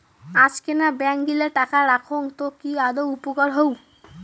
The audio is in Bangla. আজকেনা ব্যাঙ্ক গিলা টাকা রাখঙ তো কি আদৌ উপকার হই?